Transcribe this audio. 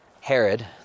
Herod